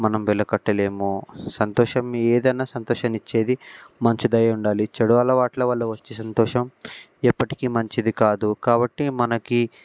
మనం వెలకట్టలేము సంతోషం ఏదైనా సంతోషానిచ్చేది మంచిదై ఉండాలి చెడు అలవాట్ల వల్ల వచ్చే సంతోషం ఎప్పటికీ మంచిది కాదు కాబట్టి మనకి